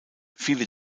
viele